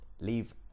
Leave